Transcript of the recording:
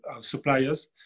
suppliers